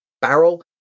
barrel